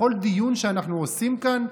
בכל דיון שאנחנו עושים כאן,